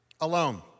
alone